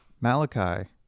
malachi